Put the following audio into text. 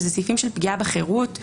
שאלה סעיפים של פגיעה בחירות,